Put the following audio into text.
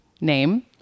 name